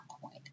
point